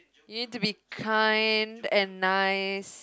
you need to be kind and nice